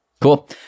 Cool